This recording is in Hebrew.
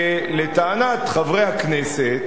לטענת חברי הכנסת